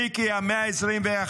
מיקי, המאה ה-21,